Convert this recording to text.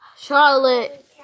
Charlotte